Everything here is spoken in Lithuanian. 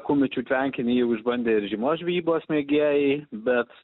kumečių tvenkinį jau išbandė ir žiemos žvejybos mėgėjai bet